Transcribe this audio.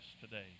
today